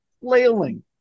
flailing